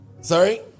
Sorry